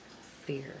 fear